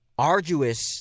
Arduous